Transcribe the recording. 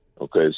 Okay